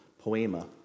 poema